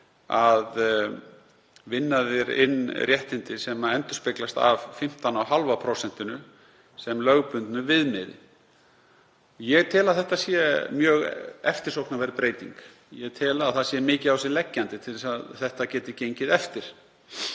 að vinna sér inn réttindi sem endurspeglast af 15,5% sem lögbundnu viðmiði. Ég tel að þetta sé mjög eftirsóknarverð breyting og ég tel að það sé mikið á sig leggjandi til að þetta geti gengið eftir.